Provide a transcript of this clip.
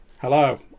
hello